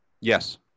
Yes